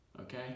okay